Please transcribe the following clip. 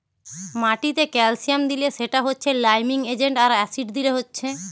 মাটিতে ক্যালসিয়াম দিলে সেটা হচ্ছে লাইমিং এজেন্ট আর অ্যাসিড দিলে হচ্ছে